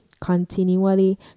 continually